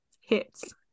hits